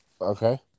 okay